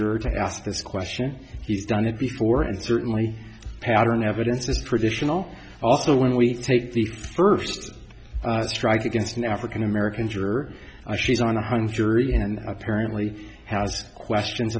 juror to ask this question he's done it before and certainly pattern evidence is traditional also when we take the first strike against an african american ger she's on a hung jury and apparently has questions